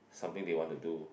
something they want to do